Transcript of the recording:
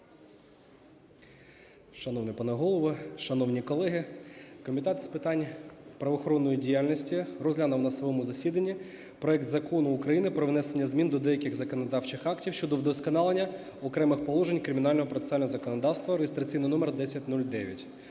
Шановний пане Голово, шановні колеги, Комітет з питань правоохоронної діяльності розглянув на своєму засіданні проект Закону України про внесення змін до деяких законодавчих актів щодо вдосконалення окремих положень кримінального процесуального законодавства (реєстраційний номер 1009).